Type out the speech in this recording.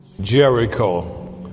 Jericho